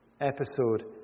episode